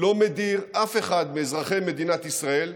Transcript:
לא מדיר אף אחד מאזרחי מדינת ישראל.